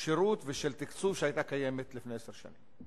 שירות ושל תקצוב שהיתה קיימת לפני עשר שנים.